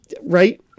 right